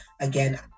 again